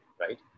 Right